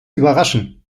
überraschen